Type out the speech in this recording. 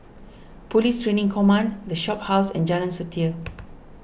Police Training Command the Shophouse and Jalan Setia